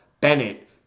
Bennett